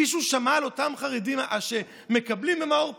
מישהו שמע על אותם חרדים שמקבלים במאור פנים,